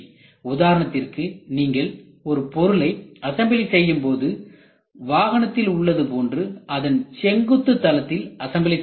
உதாரணத்திற்கு நீங்கள் ஒரு பொருளை அசம்பிளி செய்யும் போது வாகனத்தில் உள்ளது போன்று அதன் செங்குத்து தளத்தில் அசம்பிள் செய்ய வேண்டும்